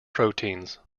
proteins